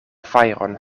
fajron